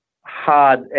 hard